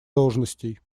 должностей